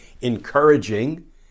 encouraging